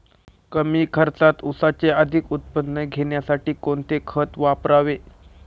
कमी खर्चात ऊसाचे अधिक उत्पादन घेण्यासाठी कोणते खत वापरावे?